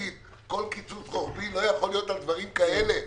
שכל קיצוץ רוחבי לא יכול להיות בדברים כאלה,